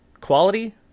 quality